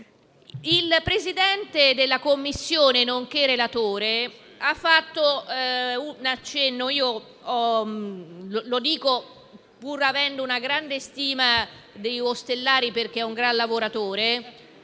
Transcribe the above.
il Presidente della Commissione, nonché relatore, ha fatto un accenno ai dati. Lo dico, pur avendo una grande stima del senatore Ostellari perché è un gran lavoratore.